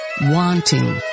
wanting